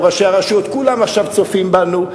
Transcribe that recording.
ראשי הרשויות כולם עכשיו צופים בנו.